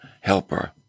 helper